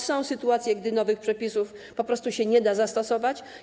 Są sytuacje, gdy nowych przepisów po prostu nie da się zastosować.